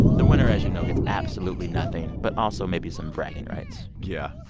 the winner, as you know, gets absolutely nothing, but also maybe some bragging rights yeah